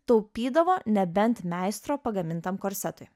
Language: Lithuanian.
taupydavo nebent meistro pagamintam korsetui